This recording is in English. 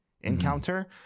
encounter